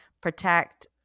protect –